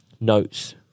notes